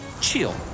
chill